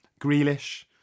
Grealish